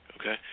Okay